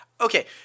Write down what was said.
okay